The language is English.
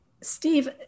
Steve